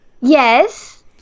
Yes